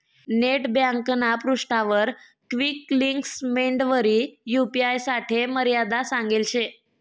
net ब्यांकना पृष्ठावर quick links मेंडवरी यू.पी.आय साठे मर्यादा सांगेल शे